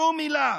שום מילה.